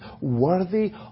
worthy